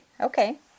Okay